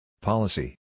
Policy